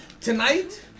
tonight